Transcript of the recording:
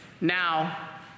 Now